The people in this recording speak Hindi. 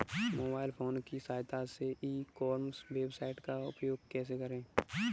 मोबाइल फोन की सहायता से ई कॉमर्स वेबसाइट का उपयोग कैसे करें?